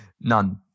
None